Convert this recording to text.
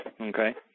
Okay